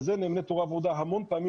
ועל זה נאמני תורה ועבודה המון פעמים